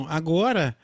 agora